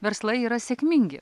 verslai yra sėkmingi